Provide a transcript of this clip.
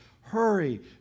Hurry